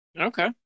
Okay